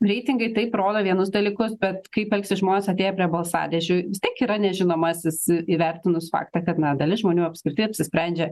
reitingai taip rodo vienus dalykus bet kaip elgsis žmonės atėję prie balsadėžių vis tiek yra nežinomasis įvertinus faktą kad na dalis žmonių apskritai apsisprendžia